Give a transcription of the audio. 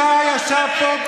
יולי אדלשטיין הוא יהודי.